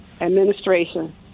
administration